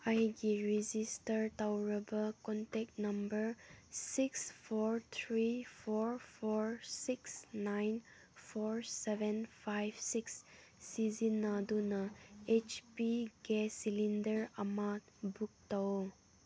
ꯑꯩꯒꯤ ꯔꯦꯖꯤꯁꯇꯔ ꯇꯧꯔꯕ contact number six four three four four six nine four seven five six ꯁꯤꯖꯤꯟꯅꯗꯨꯅ H P gas cylinder ꯑꯃ book ꯇꯧ